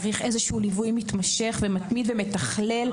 צריך ליווי מתמשך, מתמיד ומתכלל.